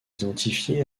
identifié